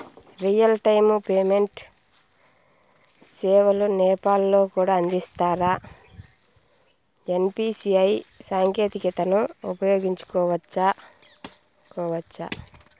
Real time payment సేవలు నేపాల్ లో కూడా అందిస్తారా? ఎన్.సి.పి.ఐ సాంకేతికతను ఉపయోగించుకోవచ్చా కోవచ్చా?